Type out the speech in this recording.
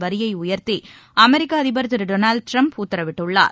வரியை உயர்த்தி அமெரிக்க அதிபர் திரு டொனால்டு டிரம்ப் உத்தரவிட்டுள்ளார்